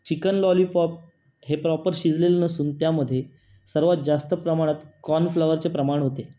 chicken lollipop हे proper शिजलेलं नसून त्यामध्ये सर्वात जास्त प्रमाणात कॉनफ्लॉवरचे प्रमाण होते